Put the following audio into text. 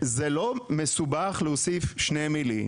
וזה לא מסובך להוסיף שתי מילים,